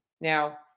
Now